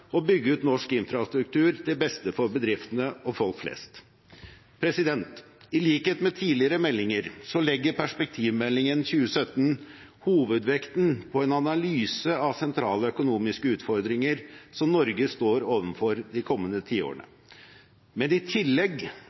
bygge ut norsk infrastruktur til beste for bedriftene og folk flest. I likhet med tidligere meldinger legger perspektivmeldingen 2017 hovedvekten på en analyse av sentrale økonomiske utfordringer som Norge står overfor de kommende tiårene. Men i tillegg